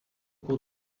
cours